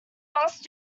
must